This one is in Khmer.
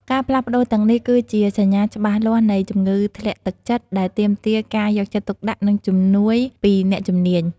ការផ្លាស់ប្ដូរទាំងនេះគឺជា សញ្ញាច្បាស់លាស់នៃជំងឺធ្លាក់ទឹកចិត្ត ដែលទាមទារការយកចិត្តទុកដាក់ និងជំនួយពីអ្នកជំនាញ។